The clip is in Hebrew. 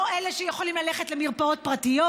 לא אלה שיכולים ללכת למרפאות פרטיות,